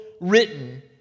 written